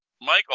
Michael